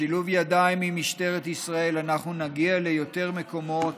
בשילוב ידיים עם משטרת ישראל אנחנו נגיע ליותר מקומות